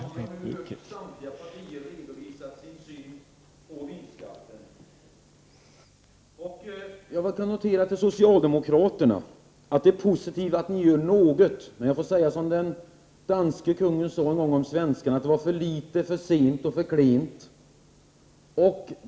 Fru talman! Vi har nu hört representanterna för de olika partierna redovisa sin syn på vinstskatten. Till socialdemokraterna vill jag säga: Det är positivt att ni åtminstone gör något. Men — som en dansk kung en gång sagt till svenskarna — det var för litet, för sent och för klent.